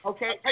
Okay